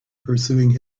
pursuing